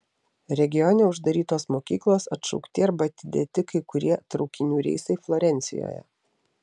regione uždarytos mokyklos atšaukti arba atidėti kai kurie traukinių reisai florencijoje